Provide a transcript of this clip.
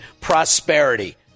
prosperity